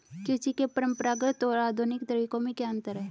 कृषि के परंपरागत और आधुनिक तरीकों में क्या अंतर है?